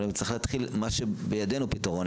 אבל צריך להתחיל במה שידינו הפתרון,